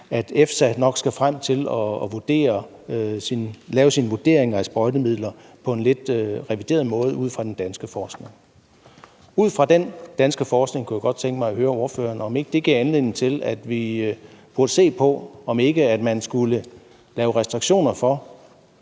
at EFSA nok kommer til at lave en revurdering af sprøjtemidler ud fra den danske forskning. Ud fra den danske forskning kunne jeg godt tænke mig at høre ordføreren, om ikke det giver anledning til, at vi burde se på, om ikke man skulle lave restriktioner for,